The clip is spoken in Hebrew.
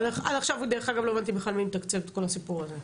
עד עכשיו לא הבנתי בכלל מי מתקצב את כל הסיפור הזה,